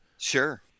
Sure